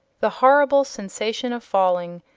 the horrible sensation of falling,